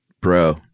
bro